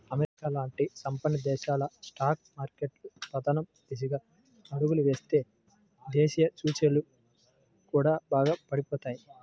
America లాంటి సంపన్న దేశాల స్టాక్ మార్కెట్లు పతనం దిశగా అడుగులు వేస్తే దేశీయ సూచీలు కూడా బాగా పడిపోతాయి